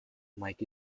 mike